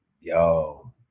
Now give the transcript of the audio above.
yo